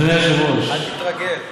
קריאה: אל תתרגל.